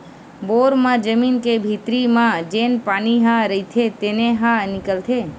bore म जमीन के भीतरी म जेन पानी ह रईथे तेने ह निकलथे